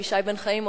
אבישי בן-חיים,